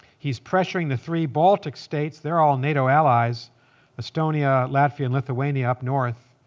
he's pressuring the three baltic states. they're all nato allies estonia, latvia, and lithuania up north.